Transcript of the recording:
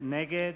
מי נגד.